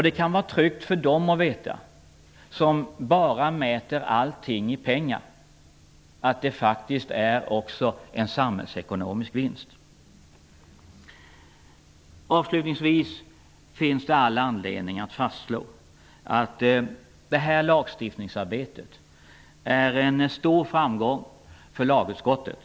Det kan vara tryggt för dem som bara mäter allting i pengar att veta att det faktiskt också finns en samhällekonomisk vinst. Avslutningsvis finns det all anledning att fastslå att detta lagstiftningsarbete är en stor framgång för lagutskottet.